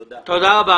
תודה רבה.